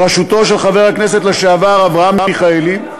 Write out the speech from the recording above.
בראשותו של חבר הכנסת לשעבר אברהם מיכאלי,